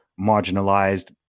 marginalized